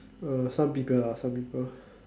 some people lah some people